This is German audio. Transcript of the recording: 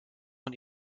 von